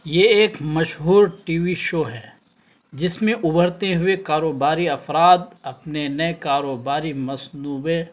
یہ ایک مشہور ٹی وی شو ہے جس میں ابھرتے ہوئے کاروباری افراد اپنے نئے کاروباری منصوبے